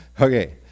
Okay